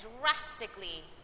drastically